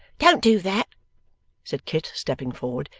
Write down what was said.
don't do that said kit, stepping forward.